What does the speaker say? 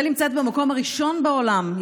ישראל נמצאת במקום הראשון בעולם,